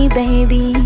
baby